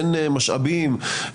אין משאבים,